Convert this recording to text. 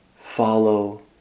Follow